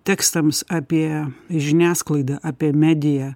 tekstams apie žiniasklaidą apie mediją